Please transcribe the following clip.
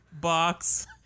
Box